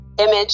image